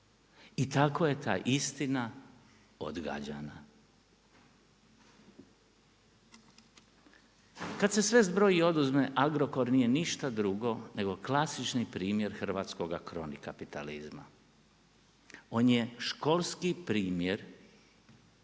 I tako je ta istina odgađana. Kad se sve zbroji i oduzme, Agrokor nije ništa drugo, nego klasični primjer hrvatskoga kroni kapitalizma. On je školski primjer